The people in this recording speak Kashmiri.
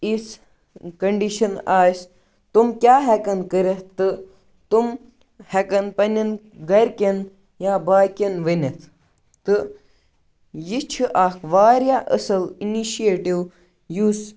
یِژھ کَنڈِشَن آسہِ تِم کیٛاہ ہٮ۪کَن کٔرِتھ تہٕ تِم ہٮ۪کَن پنٛنٮ۪ن گَرِکٮ۪ن یا باقیَن ؤنِتھ تہٕ یہِ چھِ اَکھ واریاہ اَصٕل اِنِشیٹِو یُس